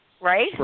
Right